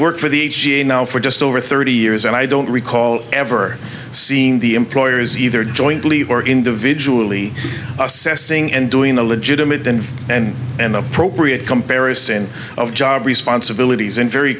worked for the now for just over thirty years and i don't recall ever seeing the employers either jointly or individually assessing and doing a legitimate and and appropriate comparison of job responsibilities in very